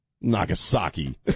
nagasaki